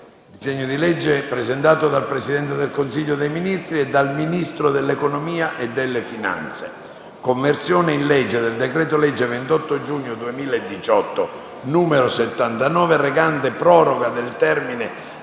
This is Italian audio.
disegno di legge: *dal Presidente del Consiglio dei ministri e dal Ministro dell'economia e delle finanze* «Conversione in legge del decreto-legge 28 giugno 2018, n. 79, recante proroga del termine